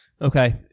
Okay